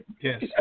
Yes